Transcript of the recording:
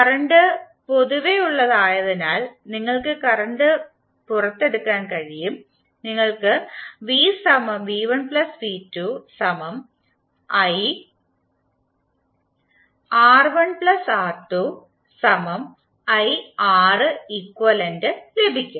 current പൊതുവെ ഉള്ളത് ആയതിനാൽ നിങ്ങൾക്ക് കറന്റ് പുറത്തെടുക്കാൻ കഴിയും നിങ്ങൾക്ക് ലഭിക്കും